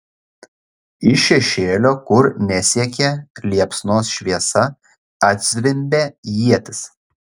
iš šešėlio kur nesiekė liepsnos šviesa atzvimbė ietis